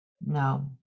No